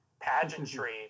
pageantry